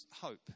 hope